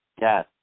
Yes